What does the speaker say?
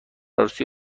عروسی